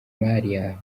mahia